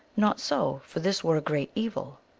not so, for this were a great evil.